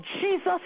Jesus